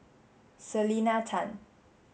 Selena Tan